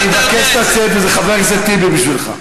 אני מבקש לצאת, וזה חבר הכנסת טיבי בשבילך.